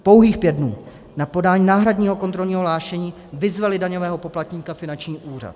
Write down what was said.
Pouhých pět dnů na podání náhradního kontrolního hlášení vyzveli daňového poplatníka finanční úřad.